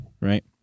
Right